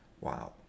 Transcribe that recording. Wow